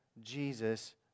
Jesus